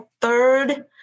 third